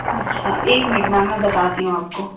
अच्छा एक minute ma'am मैं बताती हूँ आपको